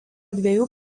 dviejų